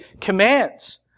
commands